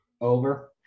Over